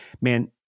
man